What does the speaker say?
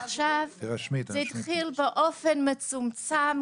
כמובן שזה היה פיילוט בהתחלה והתחיל באופן מצומצם,